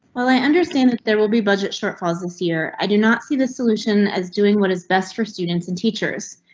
while i understand that there will be budget shortfalls this year, i do not see the solution as doing what is best for students and teachers.